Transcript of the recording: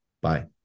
Bye